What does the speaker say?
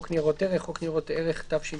"חוק ניירות ערך" חוק ניירות ערך, התשכ"ח-1968,